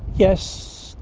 yes,